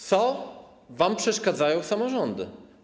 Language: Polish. Co wam przeszkadzają samorządy?